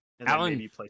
alan